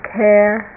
care